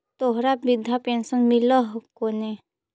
तोहरा वृद्धा पेंशन मिलहको ने?